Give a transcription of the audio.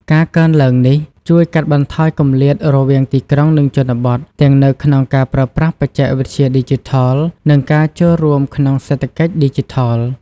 ការកើនឡើងនេះជួយកាត់បន្ថយគម្លាតរវាងទីក្រុង និងជនបទ ទាំងនៅក្នុងការប្រើប្រាស់បច្ចេកវិទ្យាឌីជីថល និងការចូលរួមក្នុងសេដ្ឋកិច្ចឌីជីថល។